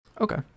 Okay